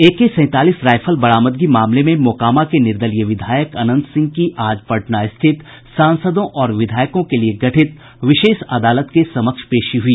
एके सैंतालीस राइफल बरामदगी मामले में मोकामा के निर्दलीय विधायक अनंत सिंह की आज पटना स्थित सांसदों और विधायकों के लिये गठित विशेष अदालत के समक्ष पेशी हुई